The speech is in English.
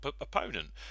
opponent